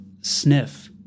sniff